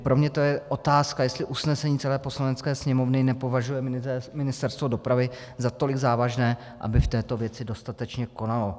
Pro mě to je otázka, jestli usnesení celé Poslanecké sněmovny nepovažuje Ministerstvo dopravy za tolik závažné, aby v této věci dostatečně konalo.